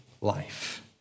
life